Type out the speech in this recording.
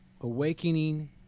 Awakening